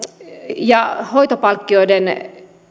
ja hoitopalkkioiden